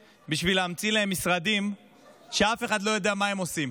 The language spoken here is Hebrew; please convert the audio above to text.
בשביל להמציא להם משרדים שאף אחד לא יודע מה הם עושים.